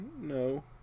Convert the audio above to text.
No